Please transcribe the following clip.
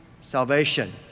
salvation